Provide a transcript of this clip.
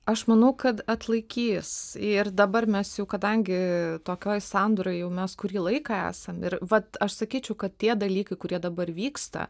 aš manau kad atlaikys ir dabar mes tokioj sandūroj jau mes kurį laiką esam ir vat aš sakyčiau kad tie dalykai kurie dabar vyksta